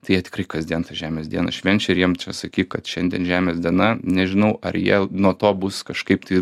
tai jie tikrai kasdien tą žemės dieną švenčia ir jiem čia sakyk kad šiandien žemės diena nežinau ar jie nuo to bus kažkaip tai